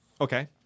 Okay